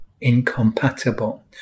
incompatible